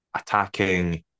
attacking